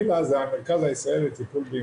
אנחנו עכשיו כתבנו נוהל הפנייה משלטונות הצבא,